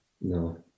No